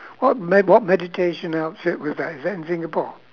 what med~ what meditation outfit was that was that in singapore